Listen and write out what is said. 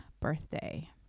birthday